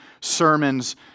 sermons